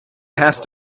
passed